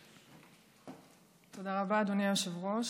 תודה רבה, אדוני היושב-ראש.